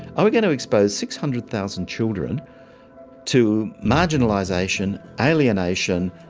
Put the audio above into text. ah we're going to expose six hundred thousand children to marginalization, alienation,